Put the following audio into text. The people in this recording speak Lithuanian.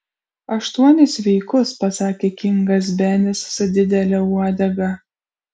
aštuonis sveikus pasakė kingas benis su didele uodega